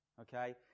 okay